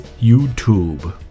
YouTube